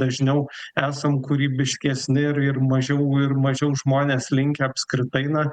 dažniau esam kūrybiškesni ir ir mažiau ir mažiau žmonės linkę apskritai na